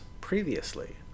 previously